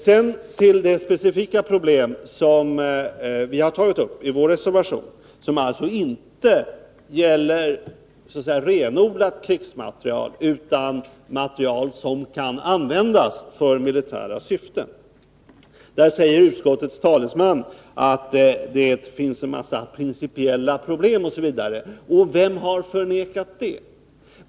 Sedan till det specifika problem som vi har tagit upp i vår reservation och som alltså inte gäller renodlad krigsmateriel utan materiel som kan användas för militära syften. Därvidlag säger utskottets talesman att det finns en mängd principiella problem osv. — och vem har förnekat det?